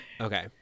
okay